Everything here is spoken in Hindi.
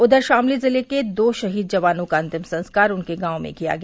उधर शामली जिले के दो शहीद जवानों का अंतिम संस्कार उनके गांवों में किया गया